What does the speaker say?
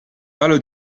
palo